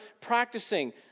practicing